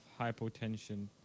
hypotension